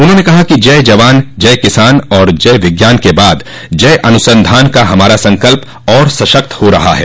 उन्होंने कहा कि जय जवान जय किसान और जय विज्ञान के बाद जय अनुसंधान का हमारा संकल्प और सशक्त हो रहा है